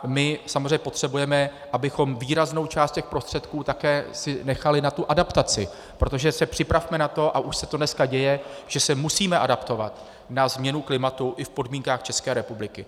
My samozřejmě potřebujeme, abychom výraznou část těch prostředků také si nechali na tu adaptaci, protože se připravme na to, a už se to dneska děje, že se musíme adaptovat na změnu klimatu i v podmínkách České republiky.